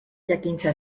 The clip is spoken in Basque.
jakintza